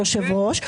היושב ראש,